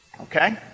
okay